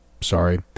Sorry